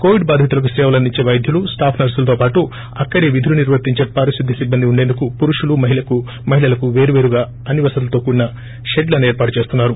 Covid బాధితులకు సేవలు అందించే పైద్యులు స్టాఫ్ నర్సులతో పాటు అక్కడే విధులు నిర్వర్తించే పారిశుధ్య సిబ్బంది ఉండేందుకు పురుషులు మహిళలకు వేర్వేరుగా అన్ని వసతులతో కూడిన పెడ్లను ఏర్పాటు చేస్తున్నారు